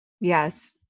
Yes